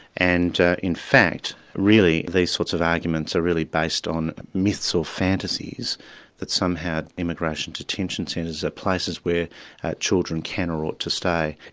and in fact really these sorts of arguments are really based on myths or fantasies that somehow immigration detention centres are places where children can or ought to stay.